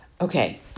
Okay